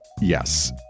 yes